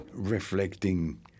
Reflecting